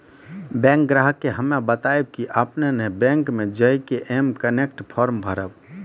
bank ग्राहक के हम्मे बतायब की आपने ने बैंक मे जय के एम कनेक्ट फॉर्म भरबऽ